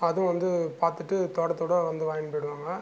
அதுவும் வந்து பார்த்துட்டு தோட்டத்தோடய வந்து வாங்கின் போயிடுவாங்க